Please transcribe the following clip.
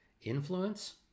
Influence